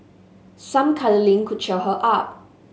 some cuddling could cheer her up